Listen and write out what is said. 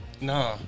No